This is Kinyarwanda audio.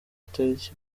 itariki